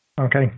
Okay